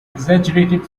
exaggerated